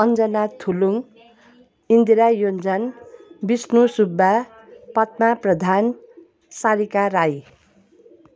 Anjana Thulung Indira Yonjan Bishnu Subba Padma Pradhan Sarika Rai